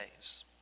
days